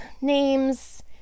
names